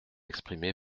exprimée